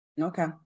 Okay